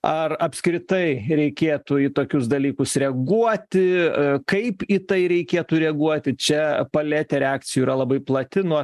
ar apskritai reikėtų į tokius dalykus reaguoti kaip į tai reikėtų reaguoti čia paletė reakcijų yra labai plati nuo